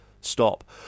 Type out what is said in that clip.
stop